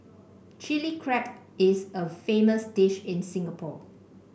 Chilli Crab is a famous dish in Singapore